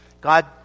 God